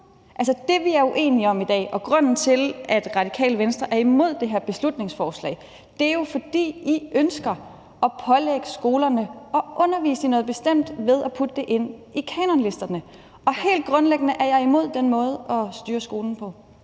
det, vi er uenige om i dag, og grunden til, at Radikale Venstre er imod det her beslutningsforslag, er jo, at I ønsker at pålægge skolerne at undervise i noget bestemt ved at putte det ind i kanonlisterne. Og helt grundlæggende er jeg imod den måde at styre skolen på.